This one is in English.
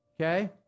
Okay